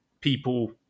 people